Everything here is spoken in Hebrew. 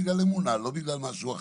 בגלל אמונה ולא בגלל משהו אחר,